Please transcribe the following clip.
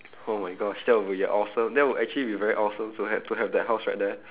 oh my gosh that will be awesome that will actually be very awesome to have to have that house like that